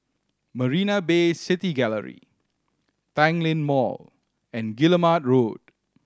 Marina Bay City Gallery Tanglin Mall and Guillemard Road